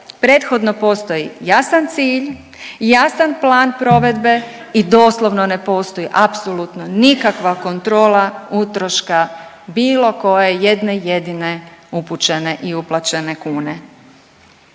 prethodno postoji jasan cilj i jasan plan provedbe i doslovno ne postoji apsolutno nikakva kontrola utroška bilo koje jedne jedine upućene i uplaćene kune.